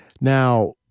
Now